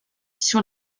sur